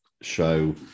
show